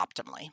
optimally